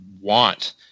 want